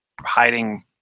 Hiding